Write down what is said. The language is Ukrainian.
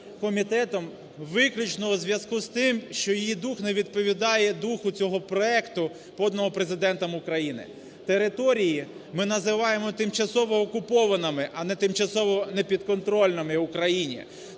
комітетом виключно у зв'язку з тим, що її дух не відповідає духу цього проекту, поданого Президентом України. Території ми називаємо тимчасово окупованими, а не тимчасово непідконтрольними Україні.